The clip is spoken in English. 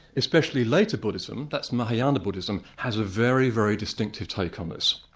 especially later buddhism, that's mahayana buddhism, has a very, very distinctive take on this.